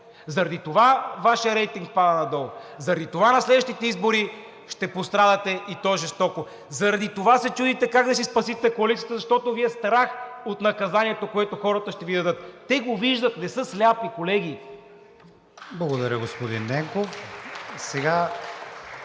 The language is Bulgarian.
Заради това Вашият рейтинг пада надолу, заради това на следващите избори ще пострадате, и то жестоко! Заради това се чудите как да си спасите коалицията, защото Ви е страх от наказанието, което хората ще Ви дадат – те го виждат, не са слепи, колеги! (Ръкопляскания от